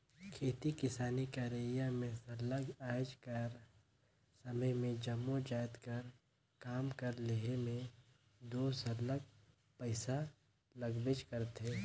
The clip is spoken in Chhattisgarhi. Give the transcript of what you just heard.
खेती किसानी करई में सरलग आएज कर समे में जम्मो जाएत कर काम कर लेहे में दो सरलग पइसा लागबेच करथे